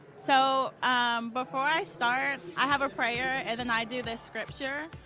so before i start, i have a prayer. and then i do this scripture.